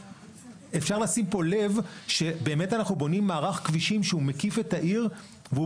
אפשר לשים לב שבאמת אנחנו בונים מערך כבישים שהוא מקיף את העיר והוא